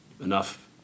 enough